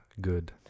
good